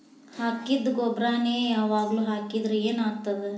ಹಾಕಿದ್ದ ಗೊಬ್ಬರಾನೆ ಯಾವಾಗ್ಲೂ ಹಾಕಿದ್ರ ಏನ್ ಆಗ್ತದ?